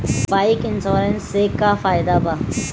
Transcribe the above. Bike insurance से का फायदा बा?